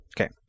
Okay